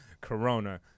Corona